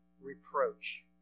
reproach